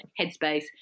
headspace